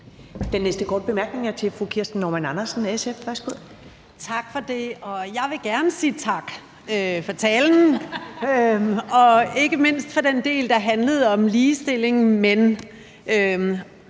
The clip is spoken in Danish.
Andersen, SF. Værsgo. Kl. 14:31 Kirsten Normann Andersen (SF): Tak for det. Jeg vil gerne sige tak for talen og ikke mindst for den del, der handlede om ligestilling, for